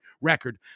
record